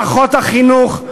מערכות החינוך,